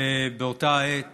ובאותה העת